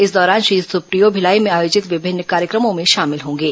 इस दौरान श्री सुप्रियो भिलाई में आयोजित विभिन्न कार्यक्रमों में शामिल होंगे